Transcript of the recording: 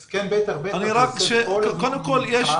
הוא הרסני ואני אסביר לך במי אתה פוגע.